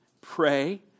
pray